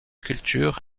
culture